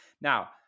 Now